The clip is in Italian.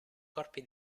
corpi